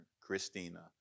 Christina